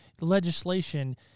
legislation